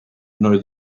know